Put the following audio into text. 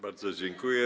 Bardzo dziękuję.